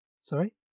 sorry